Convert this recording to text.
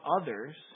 others